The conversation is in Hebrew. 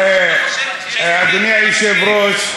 אדוני היושב-ראש,